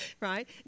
right